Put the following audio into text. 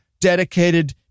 dedicated